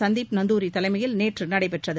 சந்தீப் நந்தூரி தலைமையில் நேற்று நடைபெற்றது